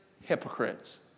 hypocrites